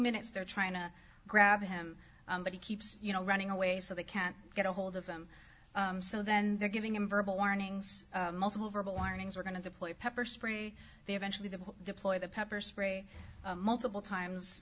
minutes they're trying to grab him but he keeps you know running away so they can't get a hold of him so then they're giving him verbal warnings multiple verbal warnings we're going to deploy pepper spray they eventually did deploy the pepper spray multiple times